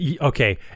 okay